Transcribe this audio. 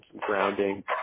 grounding